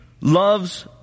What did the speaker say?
loves